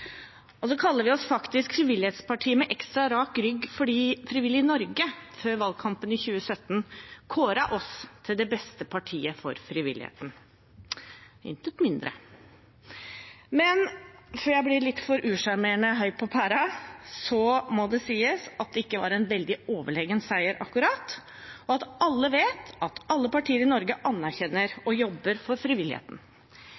vi kaller oss frivillighetspartiet med ekstra rak rygg fordi Frivillighet Norge før valgkampen i 2017 kåret oss til det beste partiet for frivilligheten – intet mindre. Men før jeg blir litt for usjarmerende høy på pæra, må det sies at det ikke akkurat var en veldig overlegen seier, og at alle vet at alle partier i Norge anerkjenner